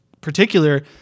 particular